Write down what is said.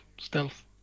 stealth